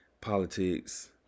politics